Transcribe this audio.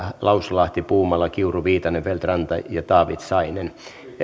lauslahti puumala kiuru viitanen feldt ranta ja taavitsainen